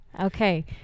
Okay